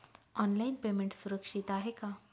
Online payment सुरक्षित आहे का?